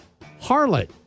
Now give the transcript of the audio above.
Harlot